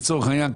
לצורך העניין,